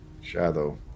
Shadow